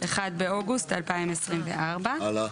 1 באוגוסט 2024. הלאה.